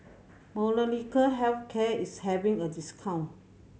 Molnylcke Health Care is having a discount